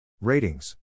Ratings